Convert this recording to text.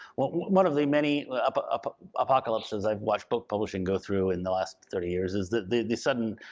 one of the many but ah but apocalypses i've watched book publishing go through in the last thirty years is the the sudden,